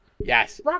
Yes